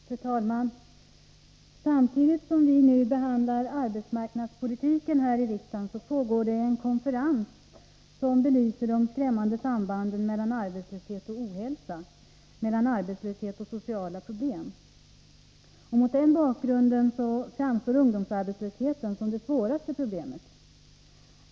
Fru talman! Samtidigt som vi nu behandlar arbetsmarknadspolitiken här i riksdagen pågår en konferens som belyser de skrämmande sambanden mellan arbetslöshet och ohälsa, mellan arbetslöshet och sociala problem. Mot denna bakgrund framstår ungdomsarbetslösheten som det svåraste problemet.